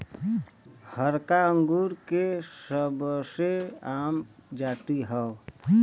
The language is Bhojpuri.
हरका अंगूर के सबसे आम जाति हौ